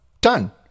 Done